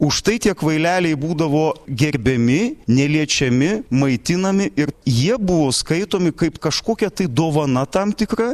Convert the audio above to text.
užtai tie kvaileliai būdavo gerbiami neliečiami maitinami ir jie buvo skaitomi kaip kažkokia tai dovana tam tikra